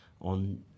on